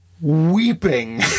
weeping